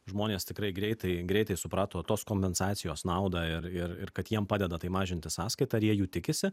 žmonės tikrai greitai greitai suprato tos kompensacijos naudą ir ir ir kad jiem padeda tai mažinti sąskaitą rr jie jų tikisi